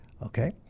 Okay